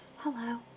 Hello